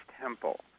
Temple